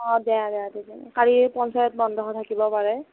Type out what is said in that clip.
অঁ দে দে কালি পঞ্চায়ত বন্ধ থাকিব পাৰে